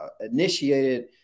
initiated